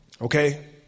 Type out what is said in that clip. Okay